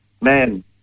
man